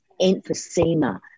emphysema